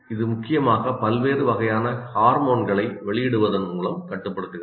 இது முக்கியமாக பல்வேறு வகையான ஹார்மோன்களை வெளியிடுவதன் மூலம் கட்டுப்படுத்துகிறது